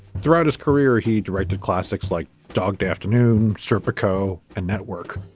throughout his career, he directed classics like dog day, afternoon, serpico and network.